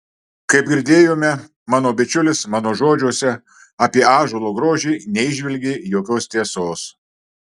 kaip girdėjome mano bičiulis mano žodžiuose apie ąžuolo grožį neįžvelgė jokios tiesos